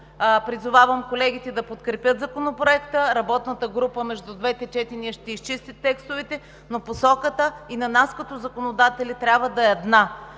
призовавам колегите да подкрепят Законопроекта, работната група между двете четения ще изчисти текстовете, но посоката и на нас като законодатели трябва да е една